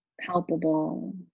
palpable